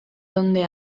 donde